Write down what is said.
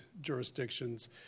jurisdictions